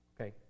Okay